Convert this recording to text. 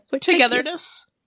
Togetherness